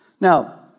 Now